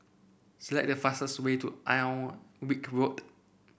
select the fastest way to Alnwick Road